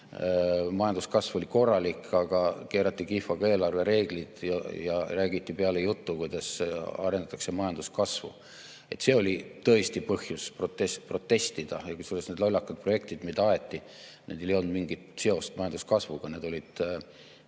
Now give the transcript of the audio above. Majanduskasv oli korralik, aga keerati kihva ka eelarvereeglid ja räägiti peale juttu, kuidas arendatakse majanduskasvu. See oli tõesti põhjus protestida. Ja need olid lollakad projektid, mida aeti, nendel ei olnud mingit seost majanduskasvuga, see oli